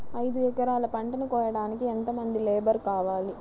ఐదు ఎకరాల పంటను కోయడానికి యెంత మంది లేబరు కావాలి?